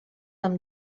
amb